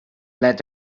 let